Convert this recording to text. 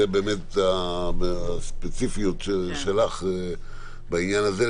זה באמת הספציפיות שלך בעניין הזה,